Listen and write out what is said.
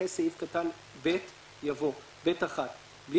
אחרי סעיף קטן (ב) יבוא: "(ב1) בלי